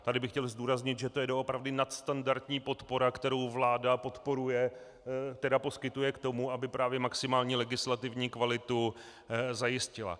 Tady bych chtěl zdůraznit, že to je doopravdy nadstandardní podpora, kterou vláda poskytuje k tomu, aby právě maximální legislativní kvalitu zajistila.